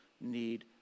need